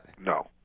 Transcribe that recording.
no